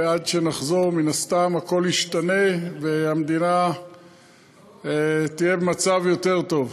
ועד שנחזור מן הסתם הכול ישתנה והמדינה תהיה במצב יותר טוב.